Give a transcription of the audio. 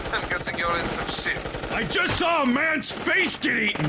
guessing you're in some shit. i just saw a man's face get eaten!